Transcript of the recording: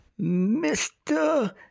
Mr